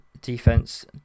Defense